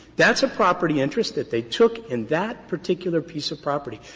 that's a property interest that they took in that particular piece of property.